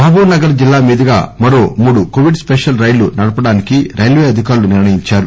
మహాబూబ్ నగర్ జిల్లా మీదుగా మరో మూడు కొవిడ్ స్పెషల్ రైళ్లు నడపడానికి రైల్వే అధికారులు నిర్ణయించారు